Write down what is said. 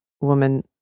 woman